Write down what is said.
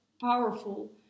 powerful